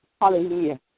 Hallelujah